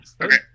Okay